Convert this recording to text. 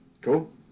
Cool